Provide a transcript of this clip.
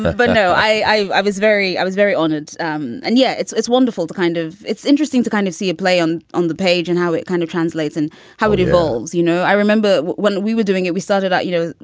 but no, i i was very i was very honored um and yeah, it's it's wonderful to kind of. it's interesting to kind of see a play on on the page and how it kind of translates and how it evolves. you know, i remember when we were doing it, we started out, you know,